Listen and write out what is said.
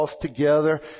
together